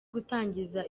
gutangiza